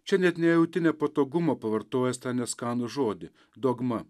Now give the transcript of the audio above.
čia net nejauti nepatogumo pavartojęs tą neskanų žodį dogma